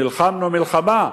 נלחמנו מלחמה.